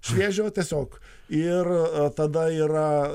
šviežio tiesiog ir tada yra